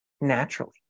naturally